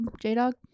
J-Dog